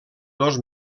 dos